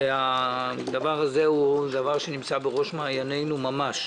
הדבר הזה נמצא בראש מעייננו ממש.